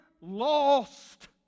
lost